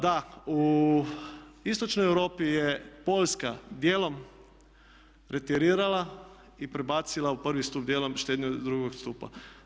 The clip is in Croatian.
Da, u Istočnoj Europi je Poljska dijelom reterirala i prebacila u prvi stup dijelom štednju iz drugog stupa.